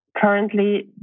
currently